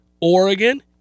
Oregon